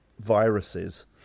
viruses